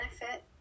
benefit